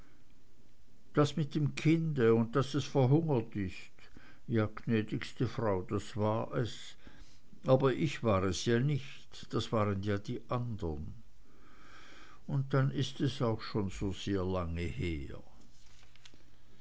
das mit dem kinde und daß es verhungert ist ja gnädigste frau das war es aber ich war es ja nicht das waren ja die anderen und dann ist es auch schon so sehr lange her